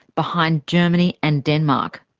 behind germany and denmark.